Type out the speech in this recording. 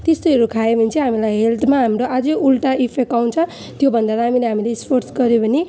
त्यस्तोहरू खायो भने चाहिँ हामीलाई हेल्थमा हाम्रो अझ उल्टा इफेक्ट आउँछ त्यो भन्दा दामी त हामीले स्पोर्ट्स गऱ्यो भने